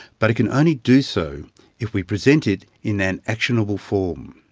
but it can only do so if we present it in an actionable form.